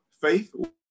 Faith